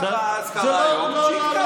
קרה אז, קרה היום, יקרה.